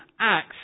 acts